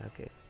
okay